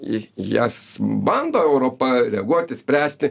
į jas bando europa reaguoti spręsti